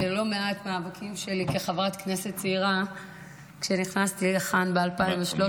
בלא מעט מאבקים שלי כחברת הכנסת צעירה כשנכנסתי לכאן ב-2013.